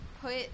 put